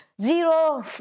Zero